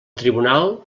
tribunal